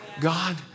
God